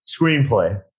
screenplay